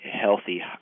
healthy